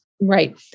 Right